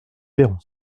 perron